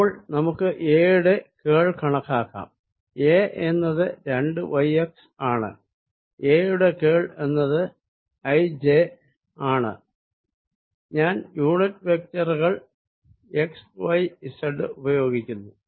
അപ്പോൾ നമുക്ക് A യുടെ കേൾ കണക്കാക്കാം A എന്നത് 2 y x ആണ് A യുടെ കേൾ എന്നത് i j ആണ് ഞാൻ യൂണിറ്റ് വെക്റ്ററുകൾ xyz ഉപയോഗിക്കുന്നു